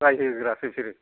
रायहोग्रासो बिसोरो